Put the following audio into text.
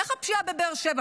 איך הפשיעה בבאר שבע?